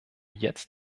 jetzt